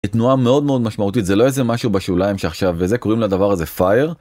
תנועה מאוד מאוד משמעותית, זה לא איזה משהו בשוליים שעכשיו זה... קוראים לדבר הזה fire.